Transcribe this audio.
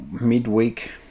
midweek